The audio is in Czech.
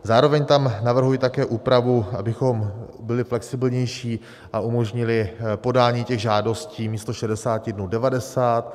Zároveň tam navrhuji také úpravu, abychom byli flexibilnější a umožnili podání těch žádostí místo 60 dnů 90.